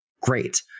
great